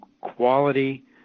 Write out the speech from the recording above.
quality